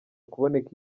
kuboneka